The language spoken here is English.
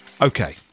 okay